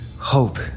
Hope